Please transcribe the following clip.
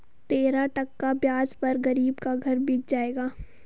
तेरह टका ब्याज पर गरीब का घर बिक जाएगा